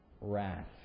wrath